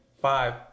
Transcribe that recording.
five